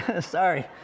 Sorry